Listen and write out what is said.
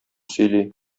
сөйли